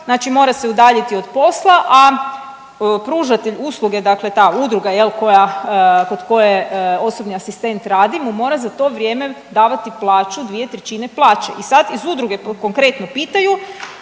znači mora se udaljiti od posla, a pružatelj usluge dakle ta udruga jel' koja, kod koje osobni asistent radi mu mora za to vrijeme davati plaću 2/3 plaće. I sada iz udruge konkretno pitaju,